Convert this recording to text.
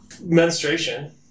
menstruation